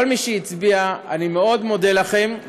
כל מי שהצביע, אני מאוד מודה לכם.